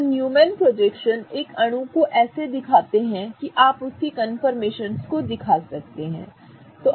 तो Newman projection एक अणु को ऐसे दिखाते हैं कि आप उसकी कन्फर्मेशनस को दिखा सकते हैं